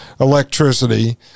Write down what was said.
electricity